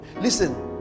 Listen